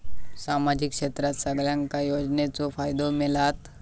सामाजिक क्षेत्रात सगल्यांका योजनाचो फायदो मेलता?